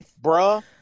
Bruh